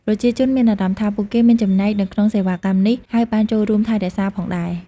ប្រជាជនមានអារម្មណ៍ថាពួកគេមានចំណែកនៅក្នុងសេវាកម្មនេះហើយបានចូលរួមថែរក្សាផងដែរ។